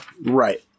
Right